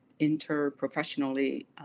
interprofessionally